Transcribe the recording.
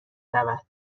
شود